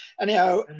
Anyhow